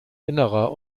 innerer